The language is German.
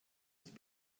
nicht